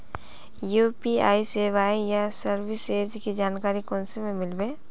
UPI सेवाएँ या services की जानकारी कुंसम मिलबे?